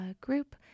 group